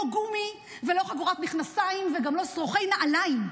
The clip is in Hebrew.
גומי ולא חגורת מכנסיים וגם לא שרוכי נעליים.